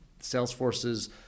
Salesforce's